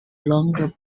longer